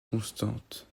constantes